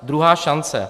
Druhá šance.